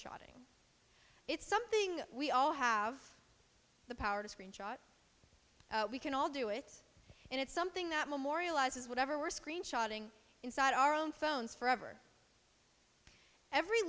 shotting it's something we all have the power to screenshot we can all do it and it's something that memorializes whatever we're screen shotting inside our own phones forever every